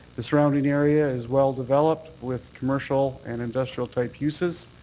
the surrounding area is well developed with commercial and industrial-type uses.